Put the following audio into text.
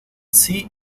sea